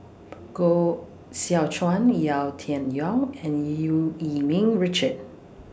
Koh Seow Chuan Yau Tian Yau and EU Yee Ming Richard